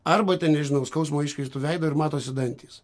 arba ten nežinau skausmo iškreiptu veidu ir matosi dantys